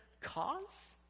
cause